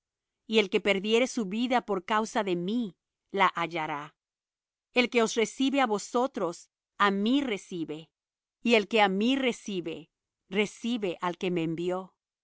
y el que perdiere su vida por causa de mí la hallará el que os recibe á vosotros á mí recibe y el que á mí recibe recibe al que me envió